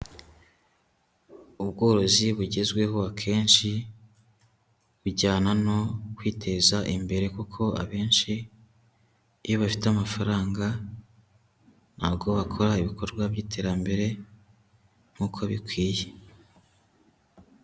Ubworozi bugezweho akenshi bujyana no kwiteza imbere kuko abenshi iyo bafite amafaranga ntabwo bakora ibikorwa by'iterambere nk'uko bikwiye.